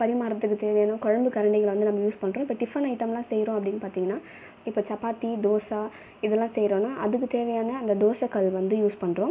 பரிமாறதுக்குத் தேவையான குழம்பு கரண்டிகளை வந்து நம்ம யூஸ் பண்ணுறோம் இப்போ டிஃபன் ஐட்டமெலாம் செய்கிறோம் அப்படின்னு பார்த்தீங்கன்னா இப்போ சப்பாத்தி தோசை இதெல்லாம் செய்றோம்னால் அதுக்குத் தேவையான அந்த தோசைக்கல் வந்து யூஸ் பண்ணுறோம்